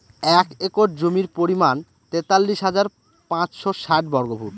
এক একর জমির পরিমাণ তেতাল্লিশ হাজার পাঁচশ ষাট বর্গফুট